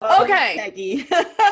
Okay